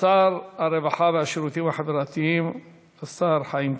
שר הרווחה והשירותים החברתיים חיים כץ.